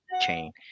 chain